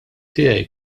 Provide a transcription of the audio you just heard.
tiegħi